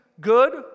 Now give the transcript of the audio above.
good